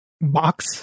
box